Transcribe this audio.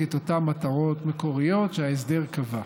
את אותן מטרות מקוריות שההסדר קבע.